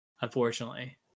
unfortunately